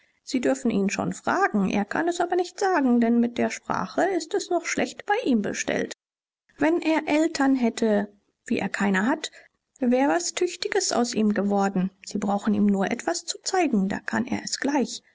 sie dürfen ihn schon fragen er kann es aber nicht sagen denn mit der sprache ist es noch schlecht bei ihm bestellt wenn er eltern hätte wie er keine hat wär was tüchtiges aus ihm geworden sie brauchen ihm nur etwas zu zeigen da kann er es gleich